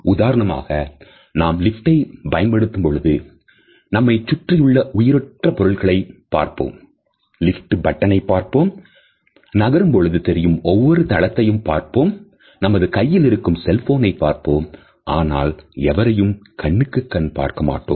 உதாரணமாக நாம் லிப்டை பயன்படுத்தும் பொழுது நம்மைச் சுற்றியுள்ள உயிரற்ற பொருட்களை பார்ப்போம் லிப்ட் பட்டனை பார்ப்போம் நகரும் பொழுது தெரியும் ஒவ்வொரு தளத்தையும் பார்ப்போம் நமது கையில் இருக்கும் செல்போனை பார்ப்போம் ஆனால் எவரையும் கண்ணுக்கு கண் பார்க்க மாட்டோம்